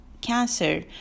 cancer